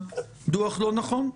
הדוח לא נכון.